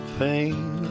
pain